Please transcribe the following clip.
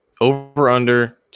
over-under